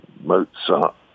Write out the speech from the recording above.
Mozart